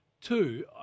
Two